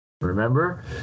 Remember